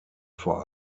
vor